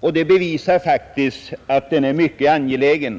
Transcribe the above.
och det bevisar faktiskt att den är mycket angelägen.